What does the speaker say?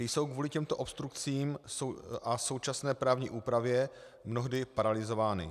Ty jsou kvůli těmto obstrukcím a současné právní úpravě mnohdy paralyzovány.